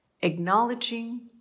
acknowledging